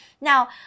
Now